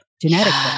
genetically